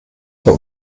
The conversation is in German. für